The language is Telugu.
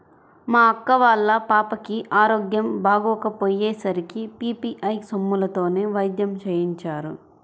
మా అక్క వాళ్ళ పాపకి ఆరోగ్యం బాగోకపొయ్యే సరికి పీ.పీ.ఐ సొమ్ములతోనే వైద్యం చేయించారు